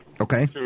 Okay